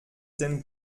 denn